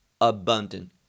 abundant